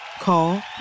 Call